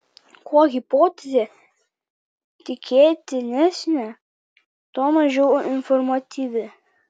kuo hipotezė tikėtinesnė tuo mažiau informatyvi